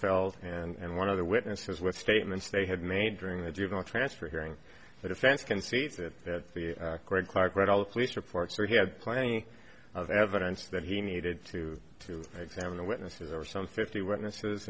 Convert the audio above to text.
felde and one of the witnesses with statements they had made during the juvenile transfer hearing the defense conceded that the great clarke read all the police reports where he had plenty of evidence that he needed to to examine the witnesses or some fifty witnesses